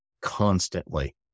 constantly